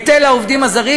היטל העובדים הזרים,